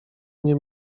mnie